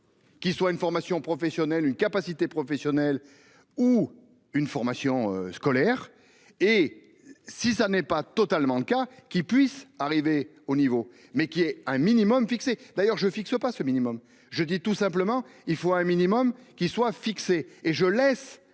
Qu'qui soit une formation professionnelle une capacité professionnelle ou une formation scolaire et si ça n'est pas totalement le cas qui puisse arriver au niveau mais qui est un minimum fixé d'ailleurs je fixe pas ce minimum. Je dis tout simplement, il faut un minimum qui soit fixée